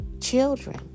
children